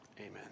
Amen